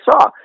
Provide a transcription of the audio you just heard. saw